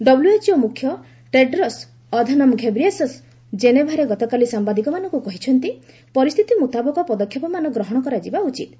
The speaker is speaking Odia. ଡବ୍ଲ୍ୟଏଚ୍ଓ ମୁଖ୍ୟ ଟେଡ୍ରସ୍ ଅଧନମ ଘେବ୍ରିଏସସ୍ ଜେନେଭାରେ ଗତକାଲି ସାମ୍ବାଦିକମାନଙ୍କୁ କହିଛନ୍ତି ପରିସ୍ଥିତି ମୁତାବକ ପଦକ୍ଷେପମାନ ଗ୍ରହଣ କରାଯିବା ଉଚିତ୍